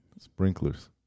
Sprinklers